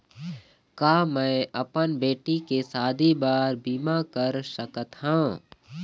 का मैं अपन बेटी के शादी बर बीमा कर सकत हव?